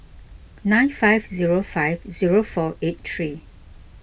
nine five zero five zero four eight three